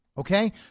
Okay